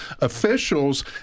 officials